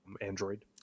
Android